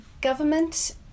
government